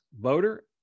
voter